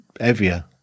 heavier